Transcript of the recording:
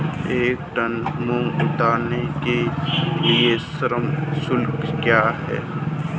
एक टन मूंग उतारने के लिए श्रम शुल्क क्या है?